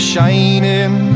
shining